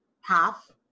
half